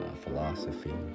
philosophy